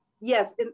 Yes